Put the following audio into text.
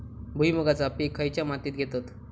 भुईमुगाचा पीक खयच्या मातीत घेतत?